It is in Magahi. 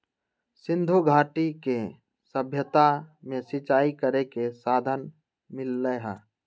सिंधुघाटी के सभ्यता में सिंचाई करे के साधन मिललई ह